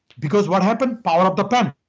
because what happened? power of the pen.